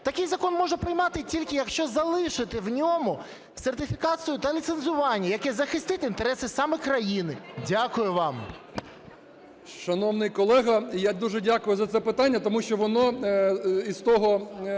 Такий закон можна приймати тільки, якщо залишити в ньому сертифікацію та ліцензування, яке захистить інтереси саме країни. Дякую вам. 16:20:33 ТЕТЕРУК А.А. Шановний колего, я дуже дякую за це питання, тому що воно із того